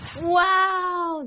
Wow